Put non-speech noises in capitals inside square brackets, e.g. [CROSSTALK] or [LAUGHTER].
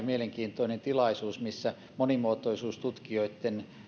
[UNINTELLIGIBLE] mielenkiintoinen tilaisuus missä monimuotoisuustutkijoitten